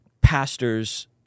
pastors